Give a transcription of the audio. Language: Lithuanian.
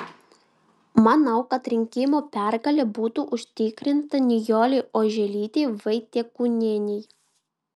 manau kad rinkimų pergalė būtų užtikrinta nijolei oželytei vaitiekūnienei